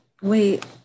wait